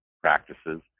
practices